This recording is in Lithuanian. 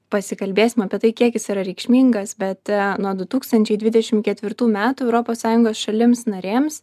pasikalbėsim apie tai kiek jis yra reikšmingas bet nuo du tūkstančiai dvidešimt ketvirtų metų europos sąjungos šalims narėms